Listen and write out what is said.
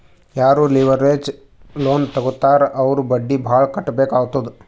ಯಾರೂ leverage loan ತಗೋತ್ತಾರ್ ಅವ್ರು ಬಡ್ಡಿ ಭಾಳ್ ಕಟ್ಟಬೇಕ್ ಆತ್ತುದ್